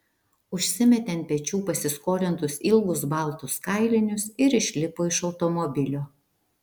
užsimetė ant pečių pasiskolintus ilgus baltus kailinius ir išlipo iš automobilio